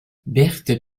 berthe